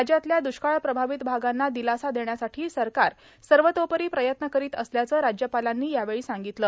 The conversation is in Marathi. राज्यातल्या दुष्काळ प्रभावित भागांना दिलासा देण्यासाठी सरकार सर्वतोपरी प्रयत्न करीत असल्याचं राज्यपालांनी यावेळी सांगितलं